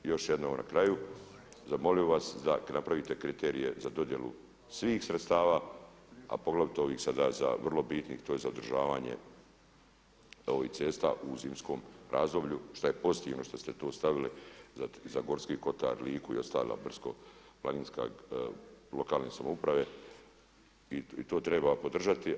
I još jednom na kraju zamolio bih vas da napravite kriterije za dodjelu svih sredstava a poglavito ovih sada, vrlo bitnih to je za održavanje ovih cesta u zimskom razdoblju šta je pozitivno šta ste to stavili za Gorski Kotar, Liku i ostala brdsko-planinska, lokalne samouprave i to treba podržati.